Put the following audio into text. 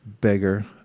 beggar